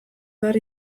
behar